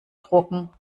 drucken